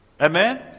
Amen